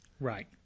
Right